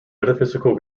metaphysical